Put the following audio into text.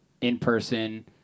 in-person